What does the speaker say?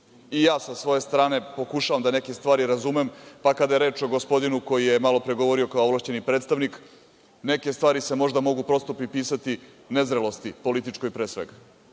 ovde. Sa moje strane pokušavam da neke stvari razumem, pa kada je reč o gospodinu koji je malopre govorio kao ovlašćeni predstavnik, neke stvari se mogu prosto pripisati nezrelosti, političkoj pre svega.